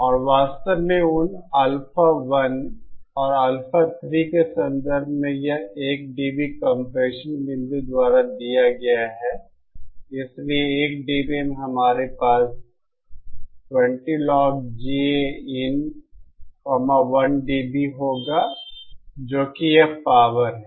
और वास्तव में उन अल्फा 1 और अल्फा 3 के संदर्भ में यह 1 डीबी कंप्रेशन बिंदु द्वारा दिया गया है इसलिए 1 dB में हमारे पास 20logGAin1dB होगा जो कि यह पावर है